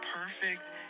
perfect